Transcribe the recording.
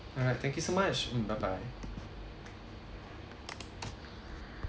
alright thank you so much mm bye bye